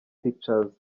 pictures